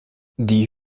die